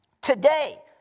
Today